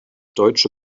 deutsche